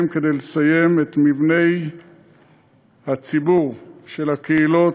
כדי לסיים את מבני הציבור של הקהילות,